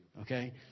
Okay